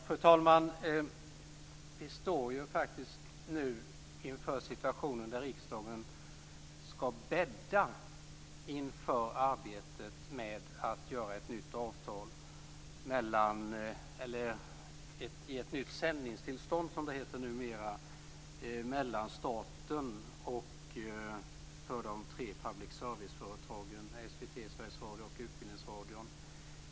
Fru talman! Vi står nu inför situationen där riksdagen skall bädda inför arbetet med att ge ett nytt sändningstillstånd, som det heter numera, till de tre public service-företagen, SVT, Sveriges Radio och Utbildningsradion.